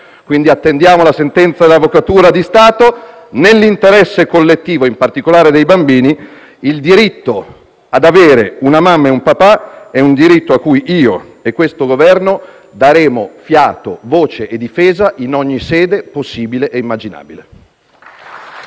quindi la sentenza dell'Avvocatura dello Stato. Nell'interesse collettivo e in particolare dei bambini, il diritto ad avere una mamma e un papà è un diritto a cui io e questo Governo daremo fiato, voce e difesa in ogni sede possibile e immaginabile.